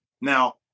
Now